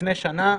ולפני שנה,